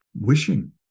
wishing